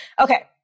okay